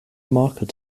market